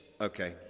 Okay